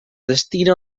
destina